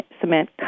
cement